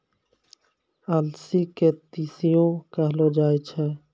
अलसी के तीसियो कहलो जाय छै